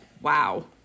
wow